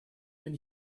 bin